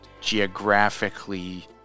geographically